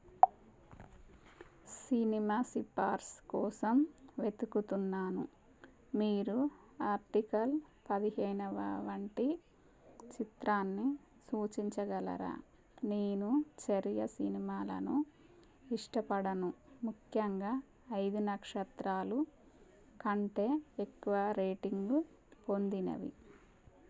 cinema సిఫారసు కోసం వెతుకుతున్నాను మీరు ఆర్టికల్ పదిహేనవ వంటి చిత్రాన్ని సూచించగలరా నేను చర్య సినిమాలను ఇష్టపడను ముఖ్యంగా ఐదు నక్షత్రాలు కంటే ఎక్కువ రేటింగు పొందినవి